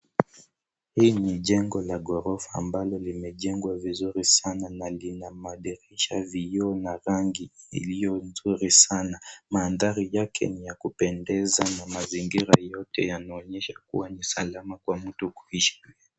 Hii ni jengo la ghorofa ambalo limejengwa vizuri sana na lina madirisha, vioo na rangi iliyo nzuri sana. Mandhari yake ni ya kupendeza na mazingira yote yanaonyesha kuwa ni salama kwa mtu kuishi pia.